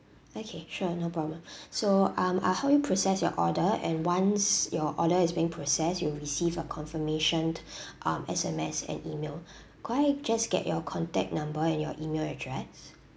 okay sure no problem so um uh help you process your order and once your order is being process you will receive a confirmation um S M S and email could I just get your contact number and your email address